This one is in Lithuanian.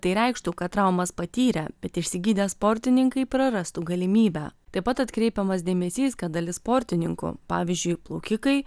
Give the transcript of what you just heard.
tai reikštų kad traumas patyrę bet išsigydę sportininkai prarastų galimybę taip pat atkreipiamas dėmesys kad dalis sportininkų pavyzdžiui plaukikai